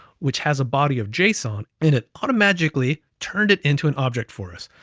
which has a body of json in it automatically turned it into an object for us,